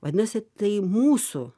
vadinasi tai mūsų